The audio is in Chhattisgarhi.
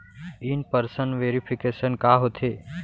इन पर्सन वेरिफिकेशन का होथे?